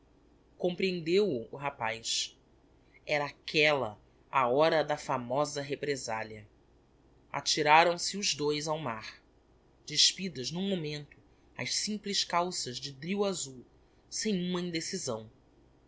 comprehendeu o o rapaz era aquella a hora da famosa represalia atiraram se os dois ao mar despidas n'um momento as simples calças de dril azul sem uma indecisão